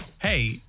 hey